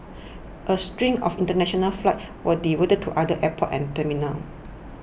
a string of international flights were diverted to other airports and terminals